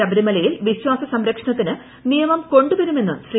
ശബരിമലയിൽ വിശ്വാസസംരക്ഷണത്തിന് നിയമം കൊണ്ടുവരുമെന്നും ശ്രീ